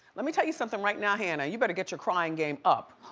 let me tell you something right now, hannah. you better get your crying game up.